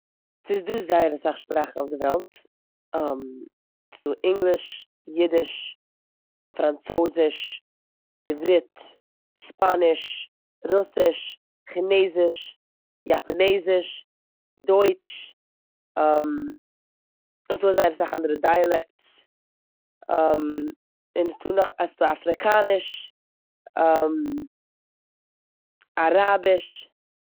ס'איז דא זייער אסאך שפראכן אויף די וועלט. ס'דא ענגליש, אידיש, פראנצויזיש, עיברית, ספאניש, רוסיש, כינעזיש, יאפאנעזיש, דויטש. ס'דא זייער אסאךאנדערע דיאלעקטס און ס'דא נאך אסא- אפריקאניש, אראביש.